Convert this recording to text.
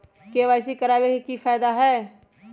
KYC करवाबे के कि फायदा है?